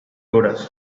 sus